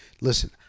Listen